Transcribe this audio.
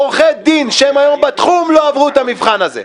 עורכי דין שהם היום בתחום לא עברו את המבחן הזה.